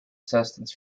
sustenance